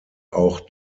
auch